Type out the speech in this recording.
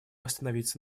остановиться